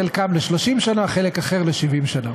חלקם ל-30 שנה, חלק אחר ל-70 שנה.